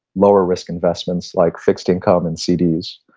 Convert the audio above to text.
lower risk investments like fixed income and cds.